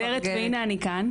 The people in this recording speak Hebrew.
מנטורית נהדרת, והנה אני כאן.